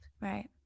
right